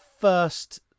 first